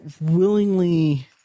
willingly –